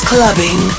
Clubbing